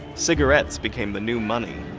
cigarettes became the new money.